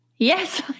Yes